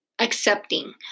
accepting